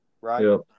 right